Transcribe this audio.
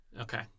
Okay